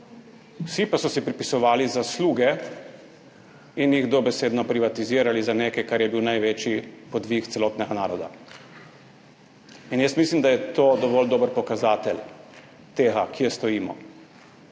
vsi pa so si pripisovali zasluge in jih dobesedno privatizirali za nekaj, kar je bil največji podvig celotnega naroda. Mislim, da je to dovolj dober pokazatelj tega, kje stojimo.